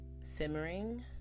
simmering